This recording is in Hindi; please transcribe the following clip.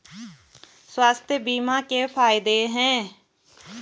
स्वास्थ्य बीमा के फायदे हैं?